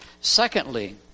Secondly